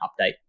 update